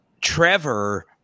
Trevor